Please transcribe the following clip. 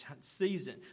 season